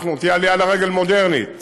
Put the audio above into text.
תהיה עלייה לרגל מודרנית